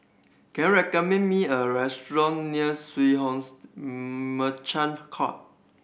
can you recommend me a restaurant near Merchant Court